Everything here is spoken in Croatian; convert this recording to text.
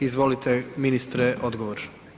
Izvolite ministre odgovor.